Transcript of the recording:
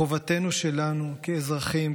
חובתנו שלנו כאזרחים,